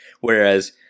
Whereas